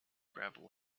gravel